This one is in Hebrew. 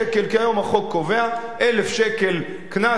כי היום החוק קובע 1,000 שקל קנס ללא